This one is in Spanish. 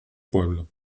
pueblo